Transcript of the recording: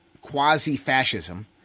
quasi-fascism